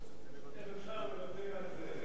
איך אפשר לוותר על נסים זאב?